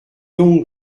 donc